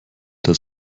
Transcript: das